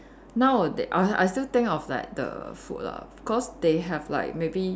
nowad~ I I think still think of like the food lah cause they have like maybe